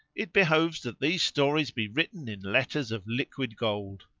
it behoves that these stories be written in letters of liquid gold.